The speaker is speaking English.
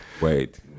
Wait